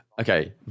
Okay